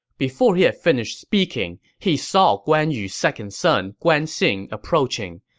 before he had finished speaking, he saw guan yu's second son guan xing approaching.